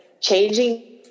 changing